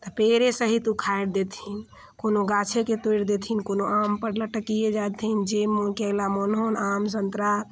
तऽ पेड़े सहित उखाड़ि देथिन कोनो गाछेके तोड़ि देथिन कोनो आमपर लटकिए जाथिन जामुन केला मोन होन आम सन्तरा